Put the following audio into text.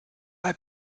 bei